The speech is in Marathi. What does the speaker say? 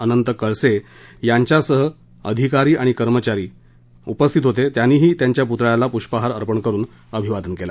अनंत कळसे यांच्यासह अधिकारी आणि कर्मचारी यांनीही त्यांच्या पुतळ्यास पुष्पहार अर्पण करुन अभिवादन केले